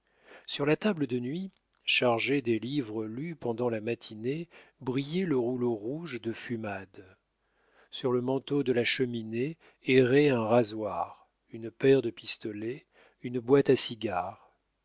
sur la table de nuit chargée des livres lus pendant la matinée brillait le rouleau rouge de fumade sur le manteau de la cheminée erraient un rasoir une paire de pistolets une boîte à